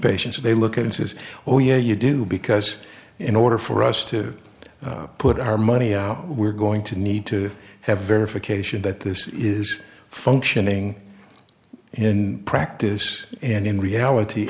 patience they look at and says oh yeah you do because in order for us to put our money out we're going to need to have verification that this is functioning in practice and in reality